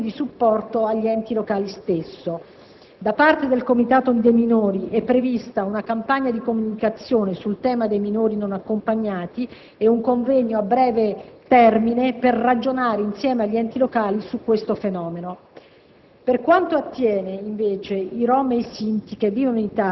volti a monitorare e valutare il fenomeno dei minori e a promuovere azioni di supporto agli enti locali stessi. Da parte del Comitato dei minori è prevista una campagna di comunicazione sul tema dei minori non accompagnati e un convegno, a breve termine, per ragionare insieme agli enti locali su questo fenomeno.